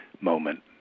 moment